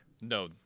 No